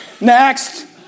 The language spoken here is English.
Next